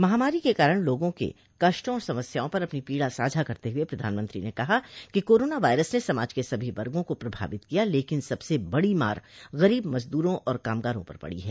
महामारी के कारण लोगों के कष्टो और समस्याओं पर अपनी पीड़ा साझा करते हुए प्रधानमंत्री ने कहा कि कोरोना वायरस ने समाज के सभी वर्गों को प्रभावित किया लेकिन सबसे बड़ी मार गरीब मजदूरों और कामगारों पर पड़ी है